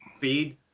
feed